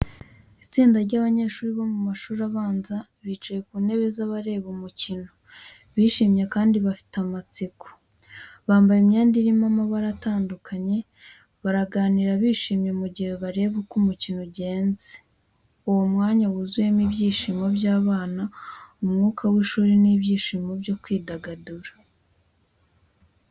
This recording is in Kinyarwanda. Itsinda ry’abanyeshuri bo mu mashuri abanza bicaye ku ntebe z’abareba umukino, bishimye kandi bafite amatsiko. Bambaye imyenda irimo amabara atandukanye, baganira bishimye mu gihe bareba uko umukino ugenze. Uwo mwanya wuzuyemo ibyishimo by’abana, umwuka w’ishuri, n’ibyishimo byo kwidagadura.